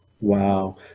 Wow